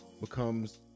becomes